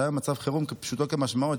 שהיה מצב חירום פשוטו כמשמעו,